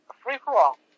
free-for-all